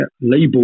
label